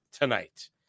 tonight